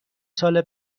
سال